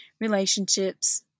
relationships